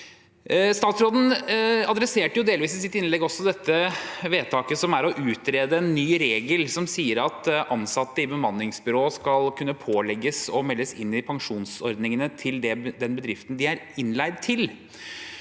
Statsråden tok i sitt innlegg delvis opp dette vedtaket som handler om å utrede en ny regel som sier at ansatte i bemanningsbyrå skal kunne pålegges å melde seg inn i pensjonsordningene til den bedriften de er innleid til.